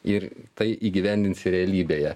ir tai įgyvendinsi realybėje